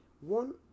One